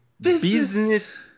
Business